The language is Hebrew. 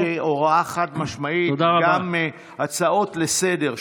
יש הוראה חד-משמעית שגם בהצעות לסדר-היום,